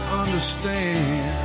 understand